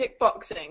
kickboxing